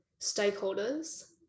stakeholders